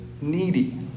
needy